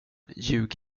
ljug